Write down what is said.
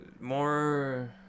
more